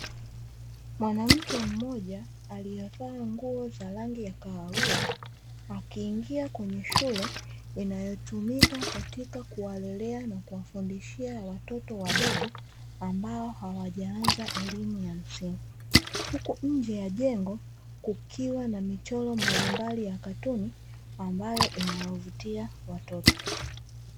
Mwanamke mmoja aliyevaa nguo za rangi ya kahawia, akiingia kwenye shule inayotumika katika kuwalelea na kuwafundishia watoto wadogo ambao hawajaanza elimu ya msingi, huku nje ya jengo kukiwa na michoro mbalimbali ya katuni ambayo inawavutia watoto.